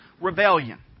rebellion